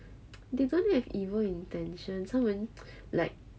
they don't have evil intentions 他们 like